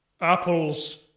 Apples